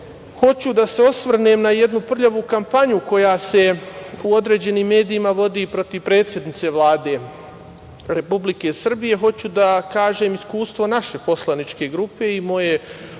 hoću da se osvrnem na jednu prljavu kampanju koja se u određenim medijima vodi i protiv predsednice Vlade Republike Srbije, hoću da kažem iskustvo naše poslaničke grupe i moje osobno,